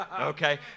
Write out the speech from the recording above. Okay